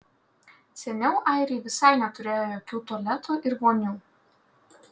seniau airiai visai neturėjo jokių tualetų ir vonių